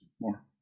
more